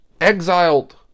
exiled